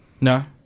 No